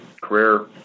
career